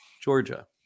Georgia